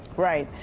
right.